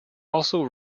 also